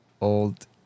old